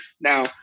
Now